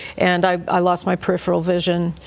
and i i lost my peripheral vision.